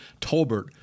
Tolbert